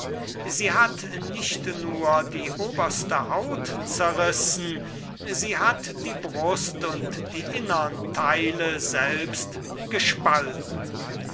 sie hat nicht die oberste haut zerrissen sie hat die brust und die innern theile selbst gespalten